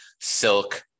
silk